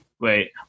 Wait